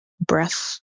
breath